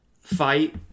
fight